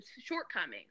shortcomings